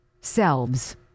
selves